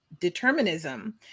determinism